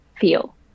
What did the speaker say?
feel